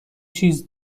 چیز